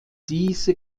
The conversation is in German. diese